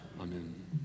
Amen